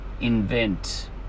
invent